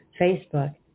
Facebook